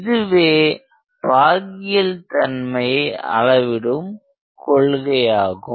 இதுவே பாகியல் தன்மையை அளவிடும் கொள்கையாகும்